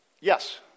Yes